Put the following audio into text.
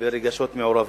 ברגשות מעורבים,